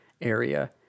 area